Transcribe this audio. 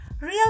Real